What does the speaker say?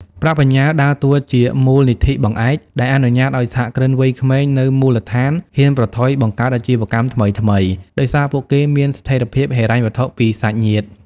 ប្រាក់បញ្ញើដើរតួជា "មូលនិធិបង្អែក" ដែលអនុញ្ញាតឱ្យសហគ្រិនវ័យក្មេងនៅមូលដ្ឋានហ៊ានប្រថុយបង្កើតអាជីវកម្មថ្មីៗ ដោយសារពួកគេមានស្ថិរភាពហិរញ្ញវត្ថុពីសាច់ញាតិ។